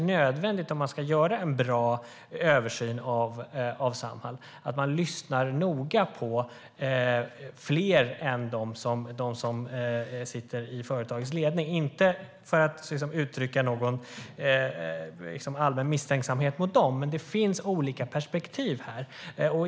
Om man ska göra en bra översyn av Samhall är det helt nödvändigt att man lyssnar noga på fler än företagsledningen - inte för att uttrycka någon allmän misstänksamhet mot dem, men det finns olika perspektiv.